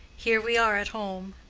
here we are at home!